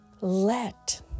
let